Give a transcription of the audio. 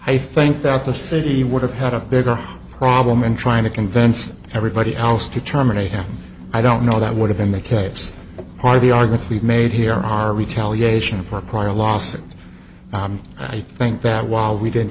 i think that the city would have had a bigger problem in trying to convince everybody else to terminate him i don't know that would have been the case are they are going to be made here are retaliation for prior loss and i think that while we didn't